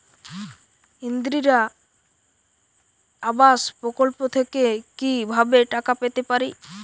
ইন্দিরা আবাস প্রকল্প থেকে কি ভাবে টাকা পেতে পারি?